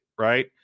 Right